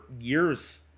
years